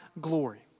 glory